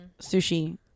sushi